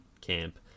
camp